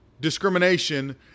discrimination